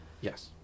Yes